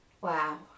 Wow